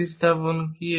প্রতিস্থাপন কি